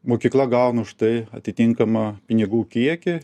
mokykla gaunu už tai atitinkamą pinigų kiekį